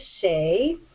say